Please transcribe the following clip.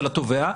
של התובע,